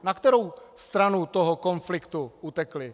Na kterou stranu toho konfliktu utekli?